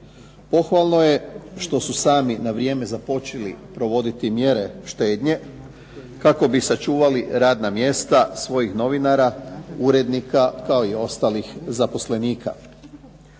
Pohvalno je što su sami na vrijeme započeli provoditi mjere štednje kako bi sačuvali radna mjesta svojih novinara, urednika kao i ostalih zaposlenika.